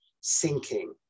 sinking